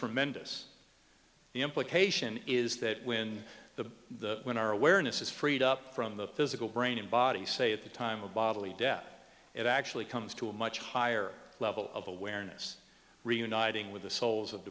tremendous the implication is that when the when our awareness is freed up from the physical brain and body say at the time of bodily death it actually comes to a much higher level of awareness reuniting with the souls of